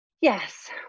Yes